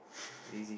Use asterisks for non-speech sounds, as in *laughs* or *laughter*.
*laughs*